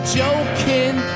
joking